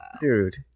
Dude